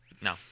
No